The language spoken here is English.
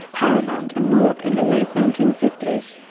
paramount and norwalk in the late nineteen fifty s.